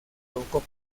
robocop